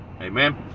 Amen